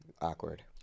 awkward